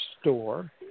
store